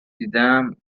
دیدم